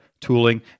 tooling